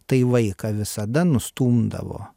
tai vaiką visada nustumdavo